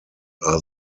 are